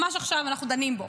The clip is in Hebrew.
ממש עכשיו אנחנו דנים בו.